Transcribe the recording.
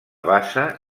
bassa